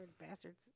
bastards